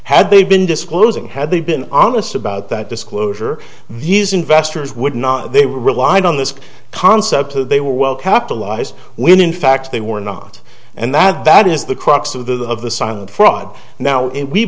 had they been disclosing had they been honest about that disclosure these investors would not they relied on this concept that they were well capitalized when in fact they were not and that that is the crux of the of the silent fraud now and we